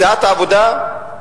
סיעת העבודה,